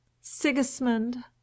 Sigismund